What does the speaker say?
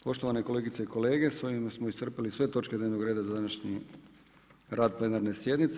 Poštovane kolegice i kolege, s ovime smo iscrpili sve točke dnevnog reda za današnji rad plenarne sjednice.